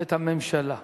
את הממשלה.